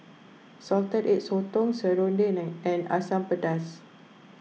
Salted Egg Sotong Serunding and Asam Pedas